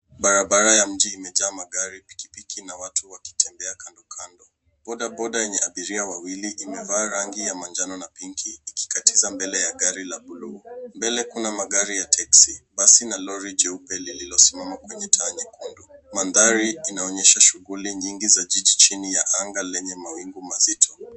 Barabara ya mji imejaa magari, pikipiki na watu wakitembea kandokando. Bodaboda yenye abiria wawili imevaa rangi ya majano na(cs) pink(cs) ikikatiza mbele ya gari la(cs) blue(cs).Mbele kuna magari ya(cs) taski(cs),basi na roli jeupe lililosimama kwenye taa nyekundu mandhari inaonyesha shughuli nyingi za jiji chini ya anga lenye mawingu mazito.